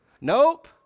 Nope